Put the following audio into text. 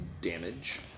damage